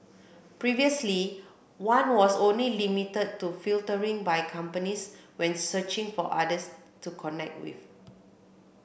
previously one was only limited to filtering by companies when searching for others to connect with